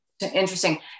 Interesting